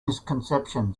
misconception